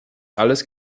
alles